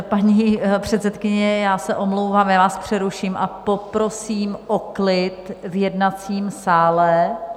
Paní předsedkyně, já se omlouvám, přeruším vás a poprosím o klid v jednacím sále.